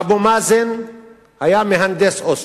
אבו מאזן היה מהנדס אוסלו.